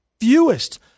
fewest